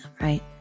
right